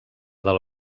del